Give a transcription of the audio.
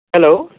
hello